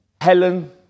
Helen